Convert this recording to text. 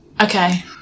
Okay